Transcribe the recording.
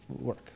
work